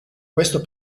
questo